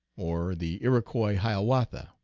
or the iroquois hiawatha.